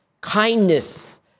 kindness